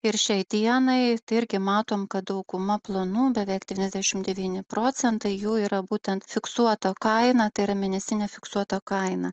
ir šiai dienai tai irgi matom kad dauguma planų beveik devyniasdešim devyni procentai jų yra būtent fiksuota kaina tai yra mėnesinė fiksuota kaina